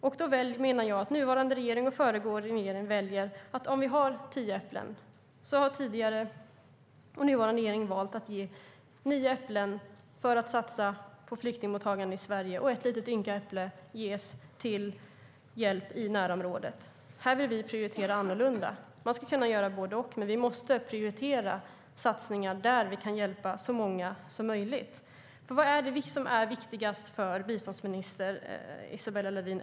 Om vi har tio äpplen har tidigare och nuvarande regering valt att ge nio äpplen för att satsa på flyktingmottagande i Sverige och ett litet ynka äpple för att ge hjälp i närområdet. Här vill vi prioritera annorlunda. Man ska kunna göra både och. Men vi måste prioritera satsningar där vi kan hjälpa så många som möjligt. Vad är viktigast för biståndsminister Isabella Lövin?